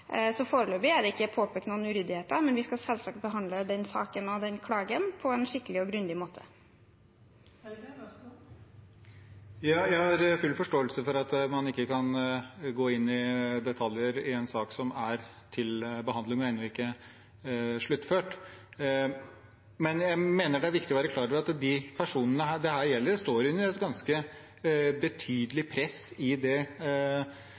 så foreløpig er det ikke påpekt noen uryddigheter. Men vi skal selvsagt behandle den saken og den klagen på en skikkelig og grundig måte. Jeg har full forståelse for at man ikke kan gå inn i detaljer i en sak som er til behandling, og ennå ikke sluttført. Men jeg mener det er viktig å være klar over at de personene det her gjelder, står i et ganske betydelig press i det segmentet de opererer i, og at ikke alt dette har blitt belyst. Så det